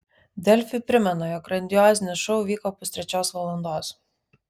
delfi primena jog grandiozinis šou vyko pustrečios valandos